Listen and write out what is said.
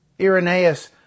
Irenaeus